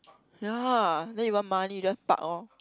yeah then you want money you just park lor